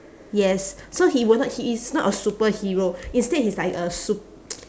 yes so he will not he is not a superhero instead he's like a sup~